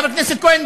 חבר הכנסת כהן,